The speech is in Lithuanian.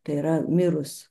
tai yra mirus